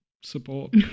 support